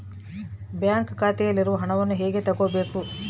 Bank ಖಾತೆಯಲ್ಲಿರುವ ಹಣವನ್ನು ಹೇಗೆ ತಗೋಬೇಕು?